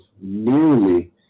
nearly